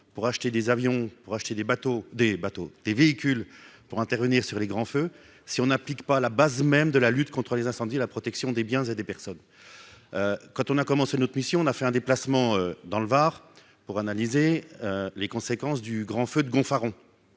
des bateaux, des bateaux, des véhicules pour intervenir sur les grands feux si on n'applique pas la base même de la lutte contre les incendies, la protection des biens et des personnes, quand on a commencé notre mission, on a fait un déplacement dans le Var pour analyser les conséquences du grand feu de Gonfaron